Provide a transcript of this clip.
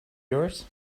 yours